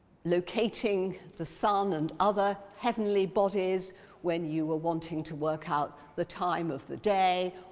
locating the sun and other heavenly bodies when you were wanting to work out the time of the day,